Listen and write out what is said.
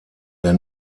der